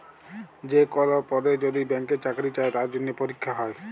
যে কল পদে যদি ব্যাংকে চাকরি চাই তার জনহে পরীক্ষা হ্যয়